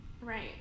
Right